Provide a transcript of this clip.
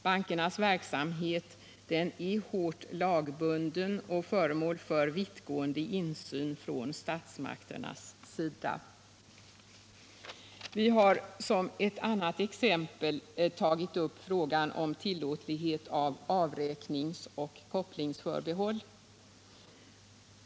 Bankernas verksamhet är hårt lagbunden och föremål för vittgående insyn från statsmakternas sida. Vi har som ett annat exempel tagit upp frågan om tillåtlighet av avräkningsoch kopplingsförbehåll.